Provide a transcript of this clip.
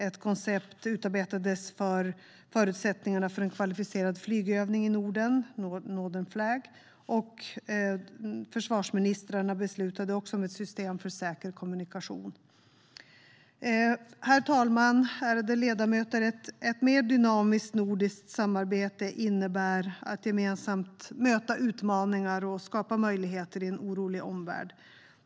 Ett koncept utarbetades för förutsättningarna för en kvalificerad flygövning i Norden, Northern Flag, och försvarsministrarna beslutade om ett system för säker kommunikation. Herr talman och ärade ledamöter! Ett mer dynamiskt nordiskt samarbete innebär att gemensamt möta utmaningar och skapa möjligheter i en orolig omvärld.